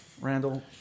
Randall